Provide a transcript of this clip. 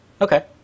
Okay